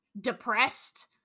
depressed